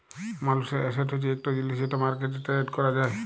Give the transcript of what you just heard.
মালুসের এসেট হছে ইকট জিলিস যেট মার্কেটে টেরেড ক্যরা যায়